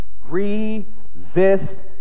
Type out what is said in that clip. Resist